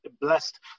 blessed